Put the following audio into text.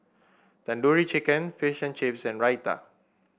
Tandoori Chicken Fish and Chips and Raita